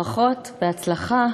ברכות, בהצלחה.